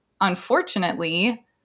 unfortunately